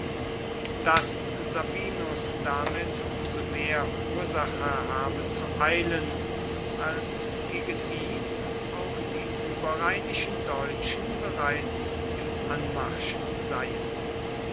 daß sabinus damit um so mehr ursache habe zu eilen als gegen ihn auch die überrheinischen deutschen bereits im anmarsch seien